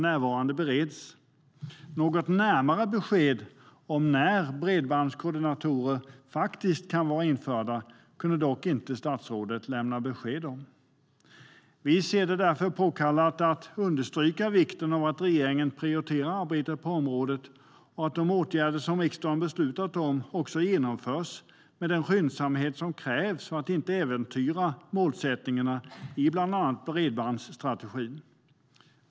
Något närmare besked om när bredbandskoordinatorer faktiskt kan vara införda kunde dock inte statsrådet lämna besked om. Vi anser det därför påkallat att understryka vikten av att regeringen prioriterar arbetet på området och att de åtgärder som riksdagen beslutat om också genomförs med den skyndsamhet som krävs för att inte äventyra målsättningarna i bland annat bredbandsstrategin.